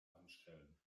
anstellen